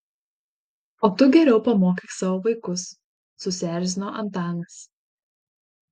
o tu geriau pamokyk savo vaikus susierzino antanas